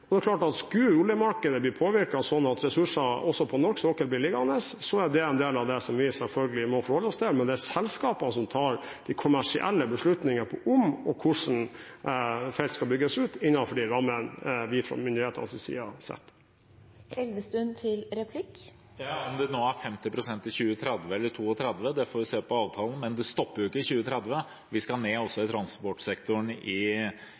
og det er klart at skulle oljemarkedet bli påvirket slik at ressurser også på norsk sokkel blir liggende, er det en del av det som vi selvfølgelig må forholde oss til, men det er selskapene som tar de kommersielle beslutningene om og hvorledes felt skal bygges ut, innenfor de rammene som vi fra myndighetenes side setter. Om det er 50 pst. i 2030 eller 2032, får vi se i avtalen, men det stopper jo ikke i 2030, vi skal ned i transportsektoren også i